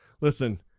listen